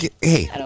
Hey